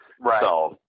Right